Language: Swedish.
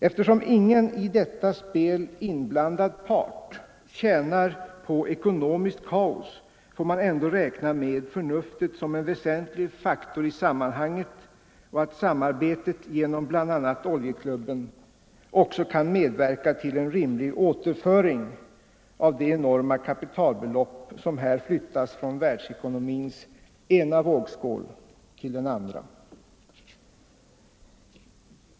Eftersom ingen i detta spel inblandad part tjänar på ekonomiskt kaos får man ändå räkna med förnuftet som en väsentlig faktor i sammanhanget och att samarbetet genom bl.a. oljeklubben också kan medverka till en rimlig återföring av de enorma kapitalbelopp som här flyttas från världsekonomins ena vågskål till den andra.